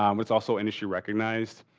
um it's also an issue recognized.